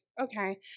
okay